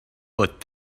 but